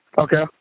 Okay